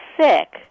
sick